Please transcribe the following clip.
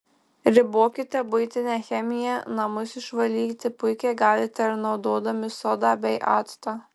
ribokite buitinę chemiją namus išvalyti puikiai galite ir naudodami sodą bei actą